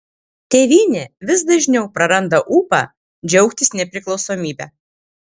tėvynė vis dažniau praranda ūpą džiaugtis nepriklausomybe